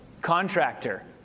Contractor